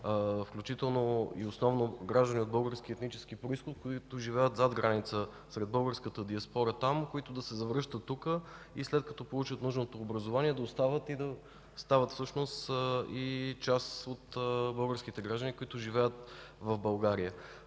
привличани, основно граждани от български етнически произход, които живеят зад граница, сред българската диаспора там, които да се завръщат тук и след като получат нужното образование, да остават тук и да са част от българските граждани, които живеят в България.